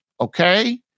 Okay